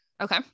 Okay